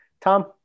Tom